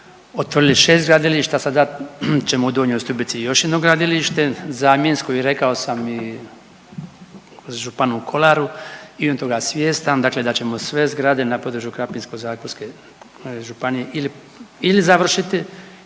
otvorili 6 gradilišta, sada ćemo u Donjoj Stubici još jedno gradilište, zamjensko i rekao sam i županu Kolaru i on je toga svjestan, dakle da ćemo sve zgrade na području Krapinsko-zagorske županije ili završiti